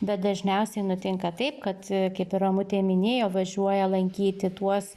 bet dažniausiai nutinka taip kad kaip ir romutė minėjo važiuoja lankyti tuos